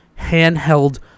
handheld